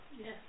Yes